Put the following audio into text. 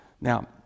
Now